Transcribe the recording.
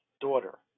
daughter